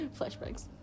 Flashbacks